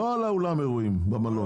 לא הארנונה של אולם האירועים במלון.